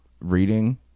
Reading